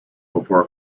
before